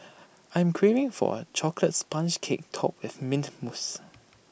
I'm craving for A Chocolate Sponge Cake Topped with Mint Mousse